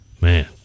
Man